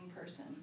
person